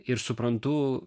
ir suprantu